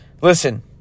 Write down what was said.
listen